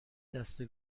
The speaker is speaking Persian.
دسته